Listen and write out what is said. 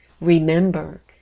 Remember